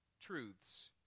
truths